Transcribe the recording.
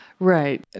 Right